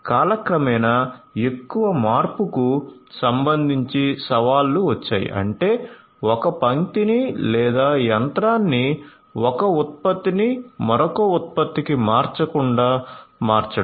కాలక్రమేణా ఎక్కువ మార్పుకు సంబంధించి సవాళ్లు వచ్చాయి అంటే ఒక పంక్తిని లేదా యంత్రాన్ని ఒక ఉత్పత్తిని మరొక ఉత్పత్తికి మార్చకుండా మార్చడం